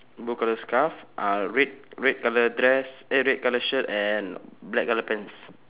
blue colour scarf uh red red colour dress eh red colour shirt and black colour pants